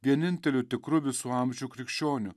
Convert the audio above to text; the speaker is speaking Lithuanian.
vieninteliu tikru visų amžių krikščionių